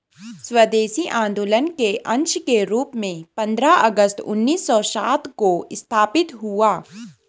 स्वदेशी आंदोलन के अंश के रूप में पंद्रह अगस्त उन्नीस सौ सात को स्थापित हुआ